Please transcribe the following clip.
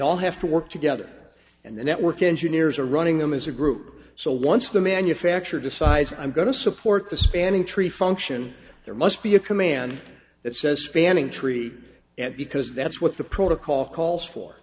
all have to work together and the network engineers are running them as a group so once the manufacturer decides i'm going to support the spanning tree function there must be a command that says spanning tree and because that's what the protocol calls for